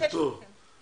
תקשיב טוב,